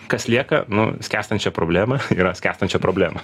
kas lieka nu skęstančio problema yra skęstančio problema